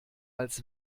als